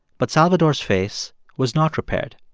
but salvador's face was not repaired.